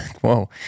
Whoa